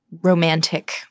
romantic